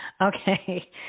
okay